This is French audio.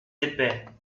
épais